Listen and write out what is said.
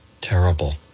Terrible